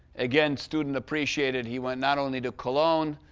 again, student appreciated. he went not only to cologne,